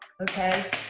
Okay